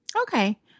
okay